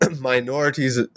Minorities